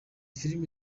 filimi